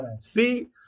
see